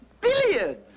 Billiards